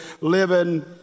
living